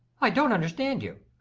i dou't understand you,